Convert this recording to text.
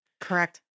Correct